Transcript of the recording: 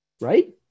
right